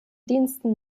diensten